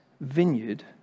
vineyard